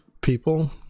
people